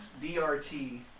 DRT